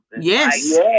Yes